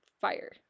fire